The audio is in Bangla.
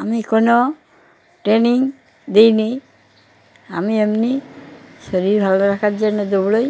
আমি কোনো ট্রেনিং নিইনি আমি এমনি শরীর ভালো রাখার জন্য দৌড়োই